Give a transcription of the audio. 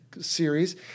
series